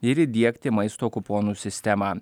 ir įdiegti maisto kuponų sistemą